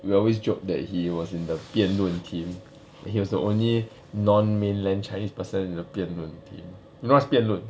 we always joked that he was in the 辩论 team then he was the only non mainland chinese person in the 辩论 team you know what's 辩论